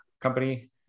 company